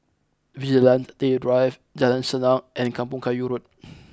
Vigilante Drive Jalan Senang and Kampong Kayu Road